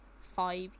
five